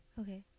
Okay